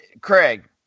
Craig